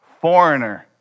foreigner